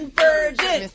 virgin